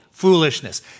Foolishness